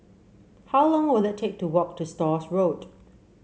how long will it take to walk to Stores Road